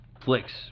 flicks